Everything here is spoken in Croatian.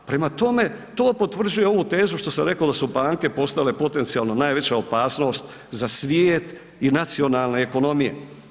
Prema tome, to potvrđuje ovu tezu što sam rekao da su banke postale potencijalno najveća opasnost za svijet i nacionalne ekonomije.